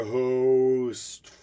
host